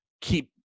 keep